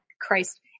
Christ